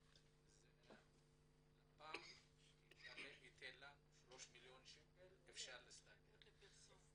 שנתת שלפ"מ ייתן שלושה מיליון שקל תוכלו --- נגד פרסום.